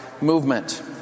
movement